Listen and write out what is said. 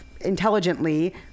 intelligently